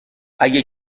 اگه